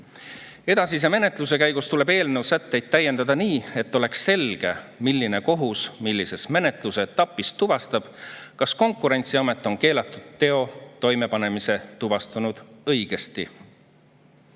Edasise menetluse käigus tuleb eelnõu sätteid täiendada nii, et oleks selge, milline kohus millises menetlusetapis tuvastab, kas Konkurentsiamet on keelatud teo toimepanemise tuvastanud õigesti.